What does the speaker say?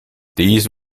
these